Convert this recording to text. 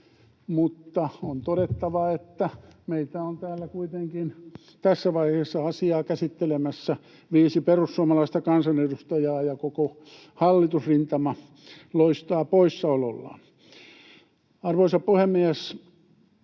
mutta on todettava, että meitä on täällä kuitenkin tässä vaiheessa asiaa käsittelemässä viisi perussuomalaista kansanedustajaa ja koko hallitusrintama loistaa poissaolollaan. Arvoisa puhemies!